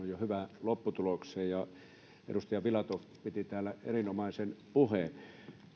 hyvään lopputulokseen ja edustaja filatov piti täällä erinomaisen puheen